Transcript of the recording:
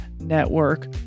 network